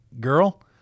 girl